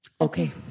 Okay